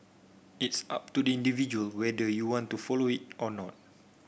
it's up to the individual whether you want to follow it or not